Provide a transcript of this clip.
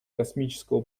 космического